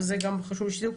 אבל זה גם חשוב לי שתדעו,